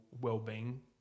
well-being